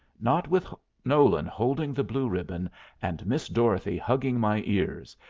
not with nolan holding the blue ribbon and miss dorothy hugging my ears,